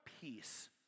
peace